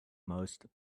most